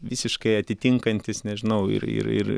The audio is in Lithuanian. visiškai atitinkantis nežinau ir ir ir